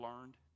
learned